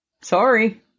sorry